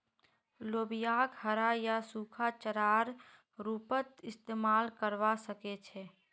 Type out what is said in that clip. लोबियाक हरा या सूखा चारार रूपत इस्तमाल करवा सके छे